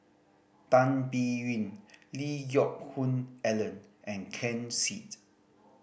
Tan Biyun Lee Hoon Ellen and Ken Seet